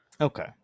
Okay